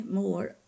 more